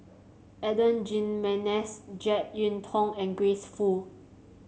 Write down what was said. Adan Jimenez JeK Yeun Thong and Grace Fu